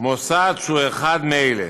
מוסד שהוא אחד מאלה: